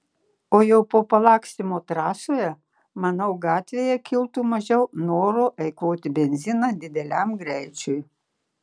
o jau po palakstymo trasoje manau gatvėje kiltų mažiau noro eikvoti benziną dideliam greičiui